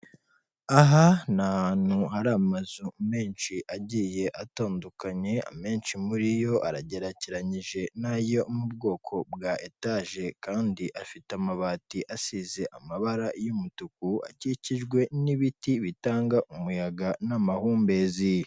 Aha ni ahantu hari amazu menshi agiye atandukanye, amenshi muri yo aragerakeranyije ni ayo mu bwoko bwa etaje kandi afite amabati asize amabara y'umutuku, akikijwe n'ibiti bitanga umuyaga n'amahumbezi.